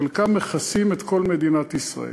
שחלקם מכסים את כל מדינת ישראל.